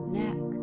neck